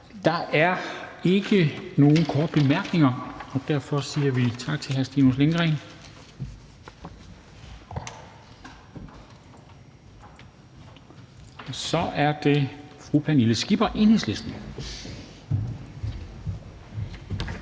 Der er ikke nogen korte bemærkninger, og derfor siger vi tak til hr. Stinus Lindgreen. Så er det fru Pernille Skipper, Enhedslisten.